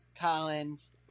Collins